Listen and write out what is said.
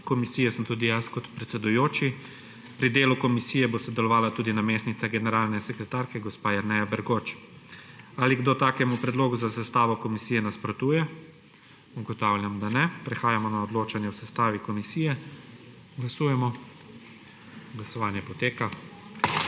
te komisije sem tudi jaz kot predsedujoči. Pri delu komisije bo sodelovala tudi namestnica generalne sekretarke gospa Jerneja Bergoč. Ali kdo takemu predlogu za sestavo komisije nasprotuje? Ugotavljam, da ne. Prehajamo na odločanje o sestavi komisije. Glasujemo. Navzočih